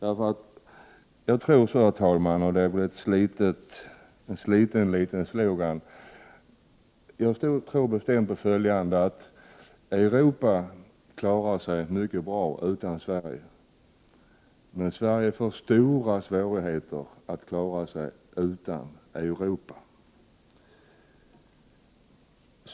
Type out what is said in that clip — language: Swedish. Även om det är en litet sliten slogan vill jag, herr talman, säga att Europa klarar sig mycket bra utan Sverige men att Prot. 1988/89:109 Sverige får stora svårigheter att klara sig utan Europa.